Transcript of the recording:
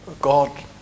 God